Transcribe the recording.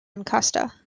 costa